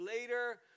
later